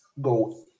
go